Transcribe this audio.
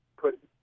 put